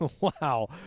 wow